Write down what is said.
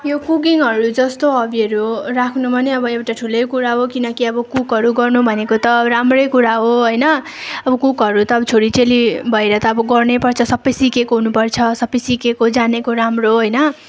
यो कुकिङहरू जस्तो हबीहरू राख्नु पनि अब एउटा ठुलै कुरा हो किनकि अब कुकहरू गर्नु भनेको त राम्रै कुरा हो होइन अब कुकहरू त छोरी चेली भएर त अब गर्नै पर्छ सबै सिकेको हुनुपर्छ सबै सिकेको जानेको राम्रो हो होइन